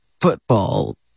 football